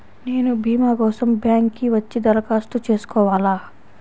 నేను భీమా కోసం బ్యాంక్కి వచ్చి దరఖాస్తు చేసుకోవాలా?